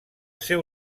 seu